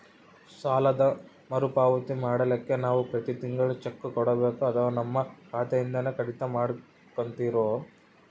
ಸಾಲದ ಮರುಪಾವತಿ ಮಾಡ್ಲಿಕ್ಕೆ ನಾವು ಪ್ರತಿ ತಿಂಗಳು ಚೆಕ್ಕು ಕೊಡಬೇಕೋ ಅಥವಾ ನಮ್ಮ ಖಾತೆಯಿಂದನೆ ಕಡಿತ ಮಾಡ್ಕೊತಿರೋ?